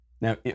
Now